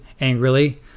angrily